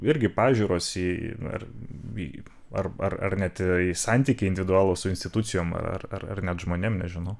irgi pažiūros į ar į ar ar ar net santykiai individualūs su institucijom ar ar net žmonėm nežinau